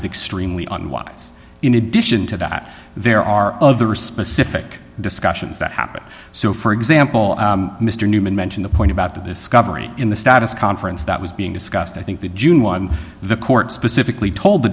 is extremely unwise in addition to that there are other specific discussions that happen so for example mr newman mention the point about the discovery in the status conference that was being discussed i think the june one the court specifically told the